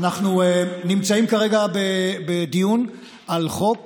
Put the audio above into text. אנחנו נמצאים כרגע בדיון על חוק